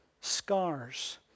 scars